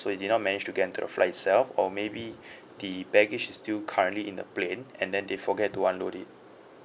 so it did not managed to get into the flight itself or maybe the baggage is still currently in the plane and then they forget to unload it